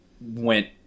went